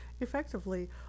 effectively